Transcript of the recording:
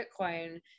Bitcoin